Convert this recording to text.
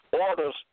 orders